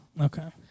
Okay